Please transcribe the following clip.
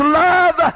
love